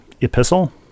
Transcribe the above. epistle